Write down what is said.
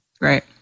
Right